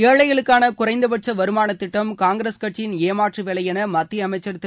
ஏழைகளுக்கான குறைந்தபட்ச வருமானத்திட்டம் காங்கிரஸ் கட்சியின் ஏமாற்றுவேலை என மத்திய அமைச்சர் திரு